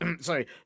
sorry